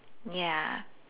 ya